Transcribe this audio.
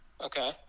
Okay